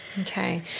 Okay